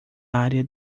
área